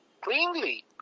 Cleanly